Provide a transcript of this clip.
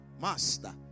Master